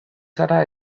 zara